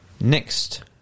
next